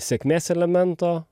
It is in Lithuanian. sėkmės elemento